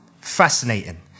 Fascinating